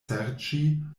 serĉi